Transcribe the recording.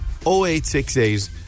0868